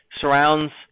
surrounds